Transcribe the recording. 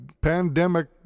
pandemic